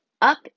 up